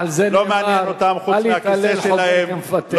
על זה נאמר: אל יתהלל חוגר כמפתח.